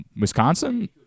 Wisconsin